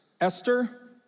Esther